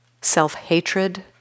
Self-hatred